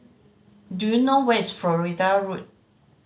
do you know where is Florida Road